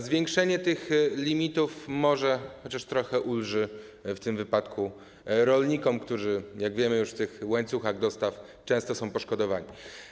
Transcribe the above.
Zwiększenie tych limitów może chociaż trochę ulży w tym wypadku rolnikom, którzy, jak wiemy, już w tych łańcuchach dostaw często są poszkodowani.